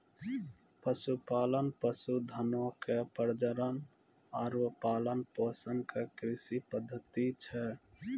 पशुपालन, पशुधनो के प्रजनन आरु पालन पोषण के कृषि पद्धति छै